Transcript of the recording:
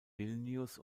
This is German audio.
vilnius